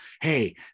hey